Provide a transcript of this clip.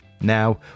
Now